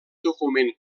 document